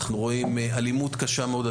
אנחנו רואים אלימות קשה מאוד.